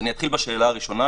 אתחיל בשאלה הראשונה